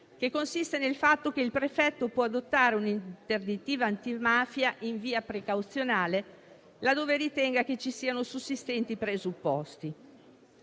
che consiste nel fatto che il prefetto può adottare una interdittiva antimafia in via precauzionale laddove ritenga che siano sussistenti i presupposti.